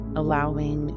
allowing